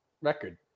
record